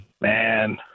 Man